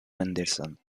mendelssohn